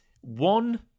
one